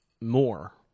more